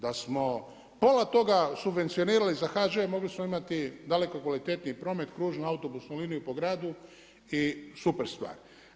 Da smo pola toga subvencionirali za HŽ mogli smo imati daleko kvalitetniji promet, kružnu autobusnu liniju po gradu i super stvar.